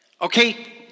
Okay